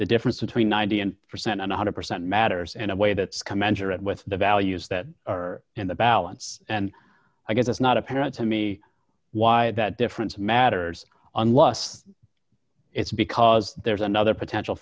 the difference between ninety and percent of one hundred percent matters in a way that's come enter at with the values that are in the balance and i guess it's not apparent to me why that difference matters unless it's because there's another potential